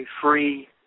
free